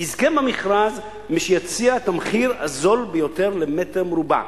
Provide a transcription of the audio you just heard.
יזכה במכרז מי שיציע את המחיר הזול ביותר למטר מרובע.